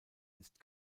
ist